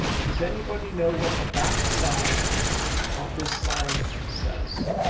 but does anybody know what the back side of this sign says